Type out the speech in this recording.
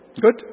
Good